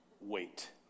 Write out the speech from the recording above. wait